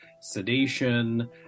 sedation